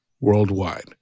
worldwide